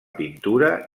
pintura